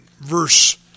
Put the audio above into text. verse